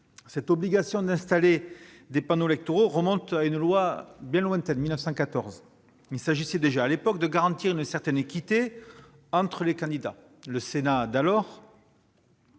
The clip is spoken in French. L'obligation d'installer des panneaux électoraux remonte à une loi bien lointaine, datant de 1914. Il s'agissait déjà, à l'époque, de garantir une certaine équité entre les candidats. Le rapporteur